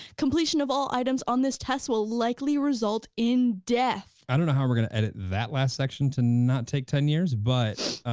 completion of all items on this test will likely result in death. i don't know how we're gonna edit that last section to not take ten years, but